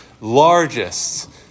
largest